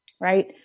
right